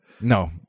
no